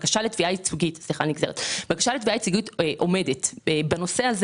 בקשה לתביעה ייצוגית עומדת בנושא הזה